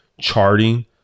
charting